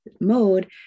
mode